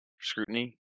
Scrutiny